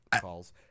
calls